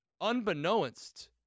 unbeknownst